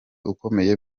ukomeye